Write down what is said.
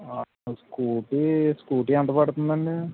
scooty scooty ఎంత పడుతుందండి